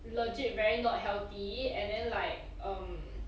legit very not healthy and then like um